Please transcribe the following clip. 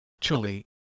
Chile